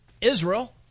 Israel